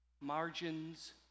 Margins